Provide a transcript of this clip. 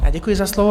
Děkuji za slovo.